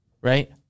Right